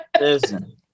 Listen